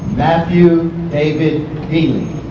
matthew david behling